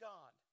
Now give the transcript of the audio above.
God